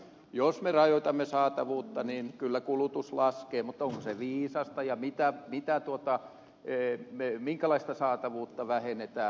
jos me rajoitamme saatavuutta niin kyllä kulutus laskee mutta onko se viisasta ja minkälaista saatavuutta vähennetään